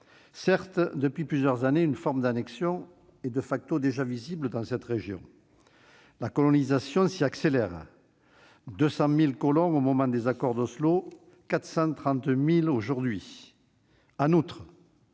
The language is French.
Certes, depuis plusieurs années, une forme d'annexion est déjà visible dans cette région. La colonisation s'y accélère : 200 000 colons au moment des accords d'Oslo, 430 000 aujourd'hui. En outre,